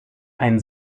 ein